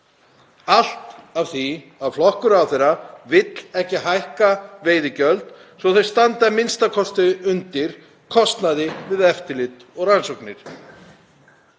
allt af því að flokkur ráðherra vill ekki hækka veiðigjöld svo þau standi a.m.k. undir kostnaði við eftirlit og rannsóknir.